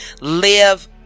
live